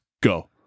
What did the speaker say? Go